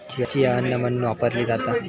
chia अन्न म्हणून वापरली जाता